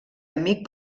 amic